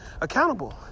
accountable